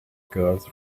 girls